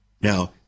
Now